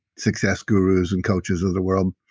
success gurus and coaches of the world,